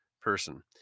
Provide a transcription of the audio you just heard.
person